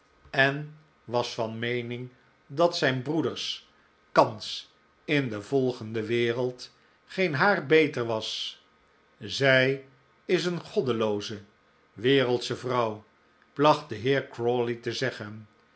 en was van meening dat zijn broeders kans in de volgende wereld geen haar beter was zij is een goddelooze wereldsche vrouw placht de heer crawley te zeggen